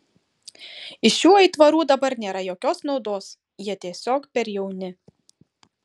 iš šių aitvarų dabar nėra jokios naudos jie tiesiog per jauni